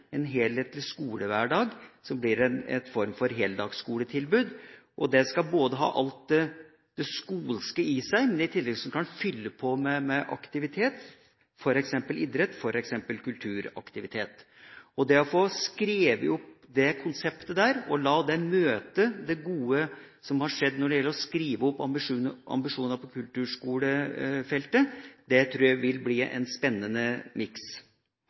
en helhetlig skole, en helhetlig skolehverdag som blir en form for heldagsskoletilbud. Det skal ha alt det «skolske» i seg, men i tillegg skal man fylle på med aktiviteter, f.eks. idrett og kulturaktiviteter. Det å få skrevet opp det konseptet og la det møte det gode som har skjedd når det gjelder å skrive opp ambisjoner på kulturskolefeltet, tror jeg vil bli en spennende miks.